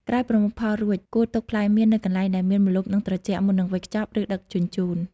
ក្រោយប្រមូលផលរួច គួរទុកផ្លែមៀននៅកន្លែងដែលមានម្លប់ និងត្រជាក់ មុននឹងវេចខ្ចប់ ឬដឹកជញ្ជូន។